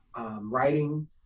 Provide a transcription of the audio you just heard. writing